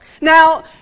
Now